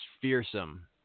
fearsome